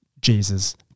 Jesus